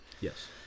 yes